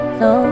no